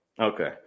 Okay